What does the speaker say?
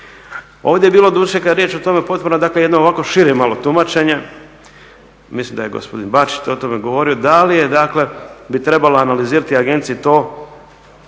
Ovdje je bilo doduše kad je riječ o tim potporama, dakle jedno ovako šire malo tumačenje. Mislim da je gospodin Bačić o tome govorio, da li je, dakle bi trebala analizirati agencija to što